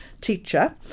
teacher